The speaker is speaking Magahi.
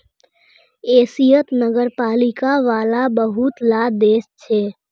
एशियात नगरपालिका वाला बहुत ला देश छे